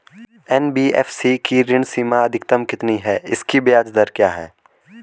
NBFC की ऋण सीमा अधिकतम कितनी है इसकी ब्याज दर क्या है?